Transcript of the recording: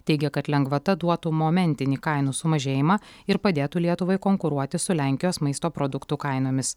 teigia kad lengvata duotų momentinį kainų sumažėjimą ir padėtų lietuvai konkuruoti su lenkijos maisto produktų kainomis